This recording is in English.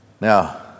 Now